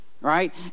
right